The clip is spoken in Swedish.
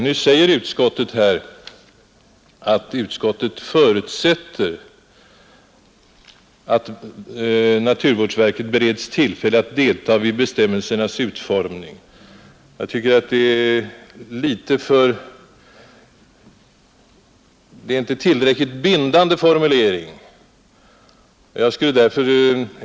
Nu säger utskottet att utskottet förutsätter att naturvårdsverket bereds tillfälle att delta vid sådana bestämmelsers utformning. Jag tycker inte att detta är en tillräckligt bindande formulering.